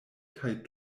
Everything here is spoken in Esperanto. kaj